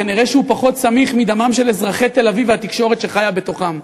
כנראה הוא פחות סמיך מדמם של אזרחי תל-אביב והתקשורת שחיה בתוכם.